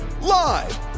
Live